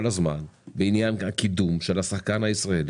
הזמן בעניין הקידום של השחקן הישראלי?